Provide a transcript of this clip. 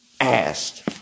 asked